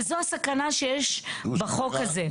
וזו הסכנה שיש בחוק הזה.